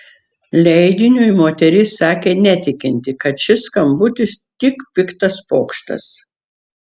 leidiniui moteris sakė netikinti kad šis skambutis tik piktas pokštas